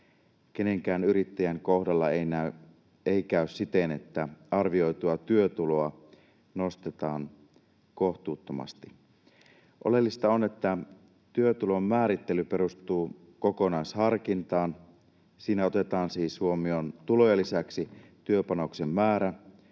Kenenkään yrittäjän kohdalla ei käy siten, että arvioitua työtuloa nostetaan kohtuuttomasti. Oleellista on, että työtulon määrittely perustuu kokonaisharkintaan, siinä otetaan siis huomioon tulojen lisäksi työpanoksen määrä,